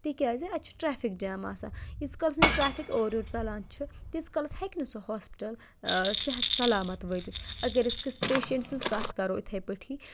تِکیٛازِ اَتہِ چھُ ٹرٛٮ۪فِک جام آسان ییٖتِس کالَس نہٕ ٹرٛٮ۪فِک اورٕ یورٕ ژَلان چھُ تیٖتِس کالَس ہیٚکہِ نہٕ سُہ ہاسپِٹَل صحت سلامَت وٲتِتھ اَگر أسۍ کٲنٛسہِ پیشَنٛٹ سٕنٛز کَتھ کَرو یِتھَے پٲٹھی